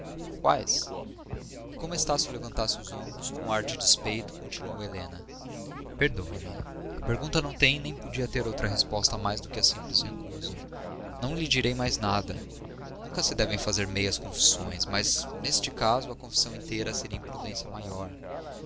quais e como estácio levantasse os ombros com ar de despeito continuou helena perdoe-me a pergunta não tem nem podia ter outra resposta mais do que a simples recusa não lhe direi mais nada nunca se devem fazer meias confissões mas neste caso a confissão inteira seria imprudência maior